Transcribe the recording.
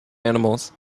animals